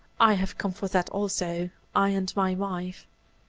i have come for that also i and my wife.